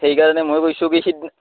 সেইকাৰণে মই কৈছোঁ কি সিদিনা